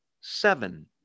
seven